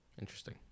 Interesting